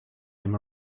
him